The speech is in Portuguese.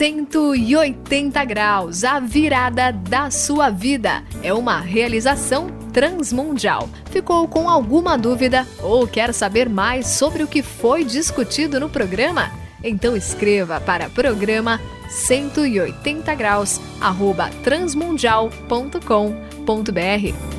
Cento e oitenta graus, a virada da sua vida. É uma realização transmundial. Ficou com alguma dúvida ou quer saber mais sobre o que foi discutido no programa? Então escreva para programa 180 graus arroba transmundial.com.br.